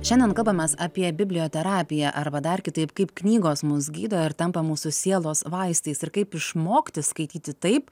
šiandien kalbamės apie biblioterapiją arba dar kitaip kaip knygos mus gydo ir tampa mūsų sielos vaistais ir kaip išmokti skaityti taip